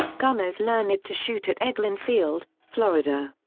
gunners learned to shoot at eglin field, florida.